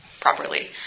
properly